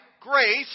grace